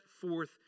forth